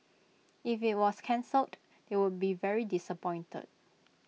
if IT was cancelled they would be very disappointed